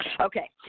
Okay